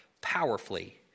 powerfully